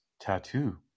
tattoo